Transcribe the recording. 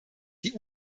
die